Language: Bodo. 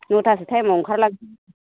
न'थासो टाइमआव ओंखारलांनोसै